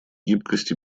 гибкость